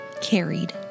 Carried